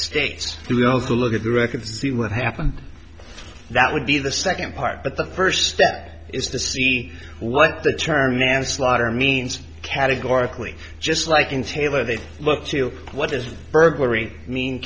record see what happened that would be the second part but the first step is to see what the term manslaughter means categorically just like in taylor they look to what is burglary mean